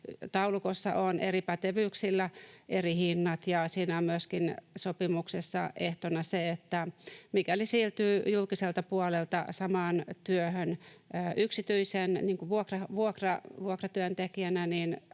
Taulukossa on eri pätevyyksillä eri hinnat. Sopimuksessa on myöskin ehtona se, että mikäli siirtyy julkiselta puolelta samaan työhön yksityiselle vuokratyöntekijänä,